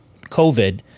COVID